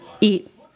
eat